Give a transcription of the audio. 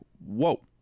whoa